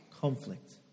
conflict